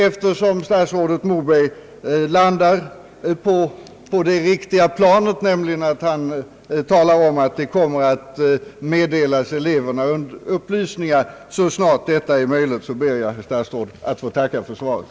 Eftersom statsrådet Moberg emellertid landar på det riktiga planet, nämligen att han talar om att upplysningar kommer att meddelas eleverna så snart detta är möjligt, ber jag att få tacka för svaret.